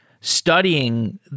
studying